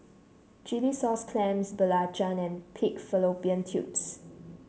Chilli Sauce Clams Belacan and Pig Fallopian Tubes